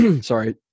Sorry